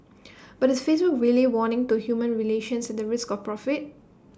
but is Facebook really warming to human relations the risk of profit